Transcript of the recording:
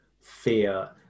fear